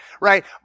right